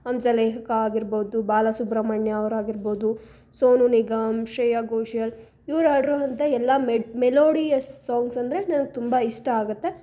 ಹಂಸಲೇಖಾ ಆಗಿರ್ಬೋದು ಬಾಲ ಸುಬ್ರಹ್ಮಣ್ಯ ಅವ್ರು ಆಗಿರ್ಬೋದು ಸೋನು ನಿಗಮ್ ಶ್ರೇಯಾ ಘೋಶಲ್ ಇವ್ರು ಹಾಡಿರುವಂಥ ಎಲ್ಲ ಮೆಡ್ ಮೆಲೋಡಿಯಸ್ ಸಾಂಗ್ಸ್ ಅಂದರೆ ನನಗೆ ತುಂಬ ಇಷ್ಟ ಆಗುತ್ತೆ